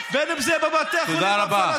בין אם זה בבתי חולים בישראל,